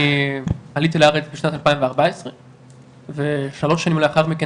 אני עליתי לארץ בשנת 2014 ושלוש שנים לאחר מכן